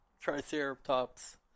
Triceratops